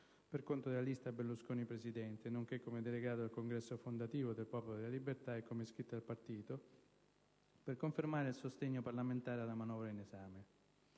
per conto della lista «Berlusconi Presidente», nonché come delegato al congresso fondativo del Popolo della Libertà e come iscritto al partito, per confermare il sostegno parlamentare alla manovra in esame.